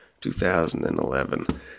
2011